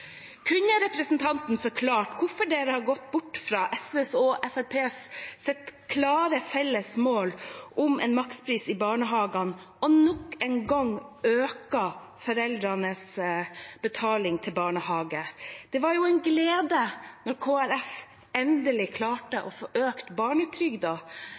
har gått bort fra SVs og Fremskrittspartiets klare felles mål om en makspris i barnehagene, og nok en gang øker foreldrenes betaling til barnehage? Det var en glede da Kristelig Folkeparti endelig